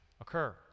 occur